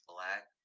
Black